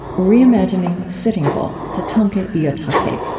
reimagining sitting bull tatanka iyotake.